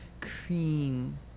cream